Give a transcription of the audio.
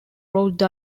rhode